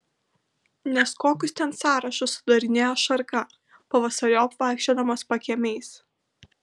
nes kokius ten sąrašus sudarinėjo šarka pavasariop vaikščiodamas pakiemiais